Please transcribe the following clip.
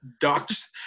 doctors